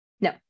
No